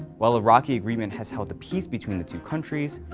while a rocky agreement has held the peace between the two countries,